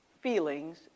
feelings